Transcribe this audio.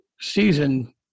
season